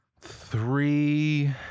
three